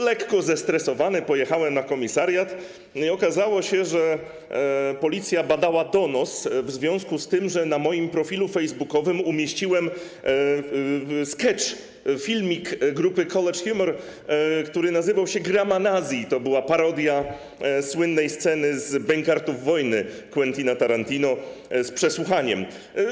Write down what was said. Lekko zestresowany pojechałem na komisariat i okazało się, że Policja badała donos w związku z tym, że na moim profilu facebookowym umieściłem skecz, filmik grupy CollegeHumor, który nazywał się „Grammar Nazi”, to była parodia słynnej sceny z „Bękartów wojny” Quentina Tarantino z przesłuchania.